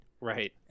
right